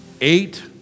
Eight